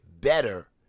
better